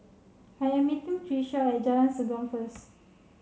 I'm meeting Tricia Segam first